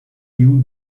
you